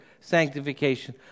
sanctification